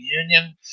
Union